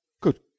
Good